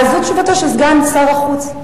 וזו תשובתו של סגן שר החוץ,